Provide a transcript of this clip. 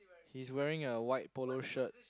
he's wearing a white polo shirt